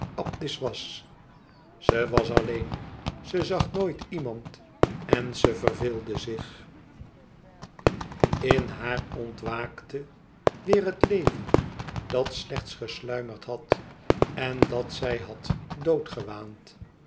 abdis was ze was alleen ze zag nooit iemand en ze verveelde zich in haar ontwaakte weêr het leven dat slechts gesluimerd had en dat zij had